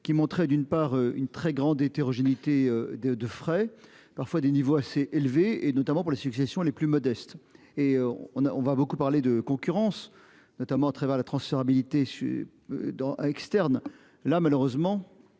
qui montrait d'une part une très grande hétérogénéité de de frais parfois des niveaux assez élevés et notamment pour la succession, les plus modestes et on a, on va beaucoup parler de concurrence, notamment à travers la transférabilité sur. Dans ah externe là malheureusement